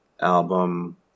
album